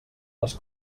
les